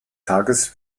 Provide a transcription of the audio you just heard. tages